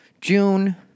June